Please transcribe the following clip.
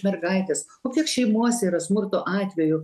mergaites o kiek šeimose yra smurto atvejų